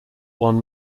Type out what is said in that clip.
one